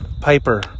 Piper